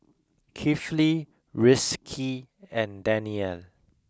Kifli Rizqi and Danial